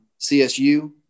CSU